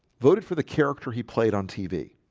voted for the character. he played on tv